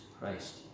christ